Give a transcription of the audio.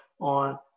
on